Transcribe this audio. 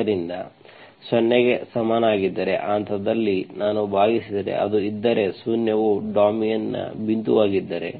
ಆದ್ದರಿಂದ x 0 ಗೆ ಸಮನಾಗಿದ್ದರೆ ಆ ಹಂತದಲ್ಲಿ ನಾನು ಭಾಗಿಸಿದರೆ ಅದು ಇದ್ದರೆ ಶೂನ್ಯವು ಡೊಮೇನ್ನ ಬಿಂದುವಾಗಿದ್ದರೆ